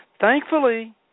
Thankfully